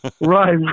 Right